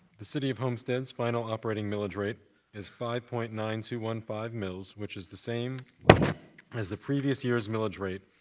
the city of homestead's final operating millage rate is five point nine two one five mills, which is the same as the previous year's millage rate,